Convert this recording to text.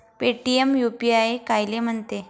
Paytm UPI कायले म्हनते?